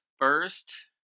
first